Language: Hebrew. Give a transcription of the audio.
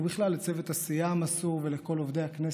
ובכלל לצוות הסיעה המסור ולכל עובדי הכנסת.